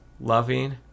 Loving